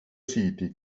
city